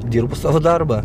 dirbu savo darbą